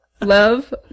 Love